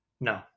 No